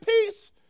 peace